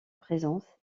présence